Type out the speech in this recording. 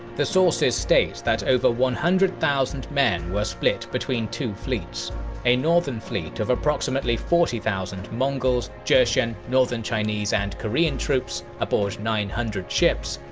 the sources state that over one hundred thousand men were split between two fleets a northern fleet of approximately forty thousand mongols, jurchen, northern chinese and korean troops aboard nine hundred ships,